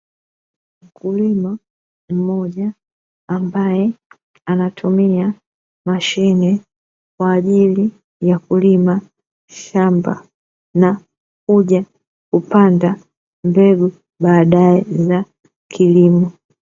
Mkulima mmoja ambaye anatumia mashine, kwa ajili ya kulima shamba na kuja kupanda mbegu baadae za kilimo.